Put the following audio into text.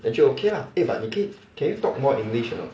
then 就 okay lah eh but 你可以 can you talk more english or not